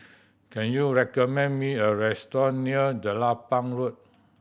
can you recommend me a restaurant near Jelapang Road